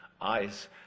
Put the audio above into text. eyes